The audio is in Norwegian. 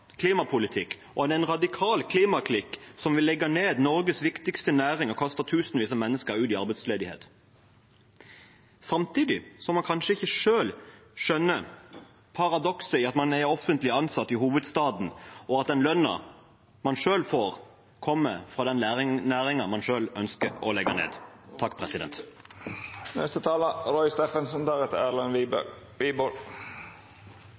klimaklikk som vil legge ned Norges viktigste næring og kaste tusenvis av mennesker ut i arbeidsledighet, samtidig som man kanskje ikke selv skjønner paradokset i at man er offentlig ansatt i hovedstaden, og at den lønnen man selv får, kommer fra den næringen man ønsker å legge ned.